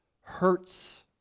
hurts